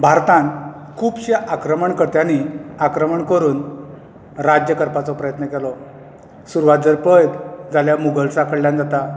भारतान खूबश्या आक्रमणकर्त्यांनी आक्रमण करून राज्य करपाचो प्रयत्न केलो सुरवात जर पळयत जाल्यार मुगल्सां कडल्यान जाता